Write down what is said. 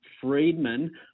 Friedman